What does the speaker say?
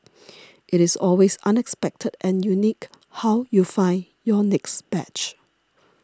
it is always unexpected and unique how you find your next badge